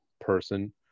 person